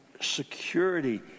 security